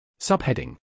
Subheading